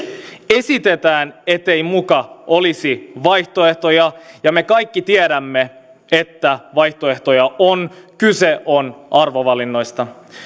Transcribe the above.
esitetään ettei muka olisi vaihtoehtoja ja me kaikki tiedämme että vaihtoehtoja on kyse on arvovalinnoista